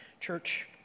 Church